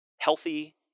healthy